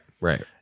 right